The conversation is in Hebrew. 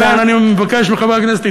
לכן אני מבקש מחברי הכנסת,